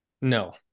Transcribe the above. no